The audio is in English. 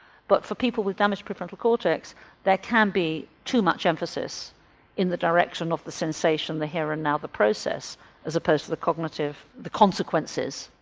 but for people with damaged prefrontal cortex there can be too much emphasis in the direction of the sensation, the here and now, the process as opposed to the cognitive, the consequences.